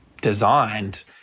designed